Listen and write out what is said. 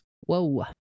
Whoa